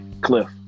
Cliff